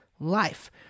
life